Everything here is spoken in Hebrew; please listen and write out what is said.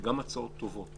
שגם הצעות טובות